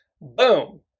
Boom